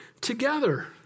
Together